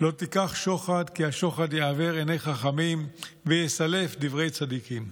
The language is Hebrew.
"ולא תקח שֹׁחַד כי השחד יְעַוֵּר עיני חכמים ויסלף דברי צדיקים".